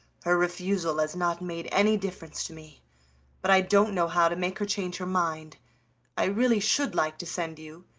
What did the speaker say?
her refusal has not made any difference to me but i don't know how to make her change her mind i really should like to send you,